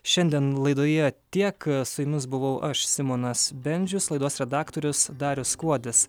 šiandien laidoje tiek su jumis buvau aš simonas bendžius laidos redaktorius darius kuodis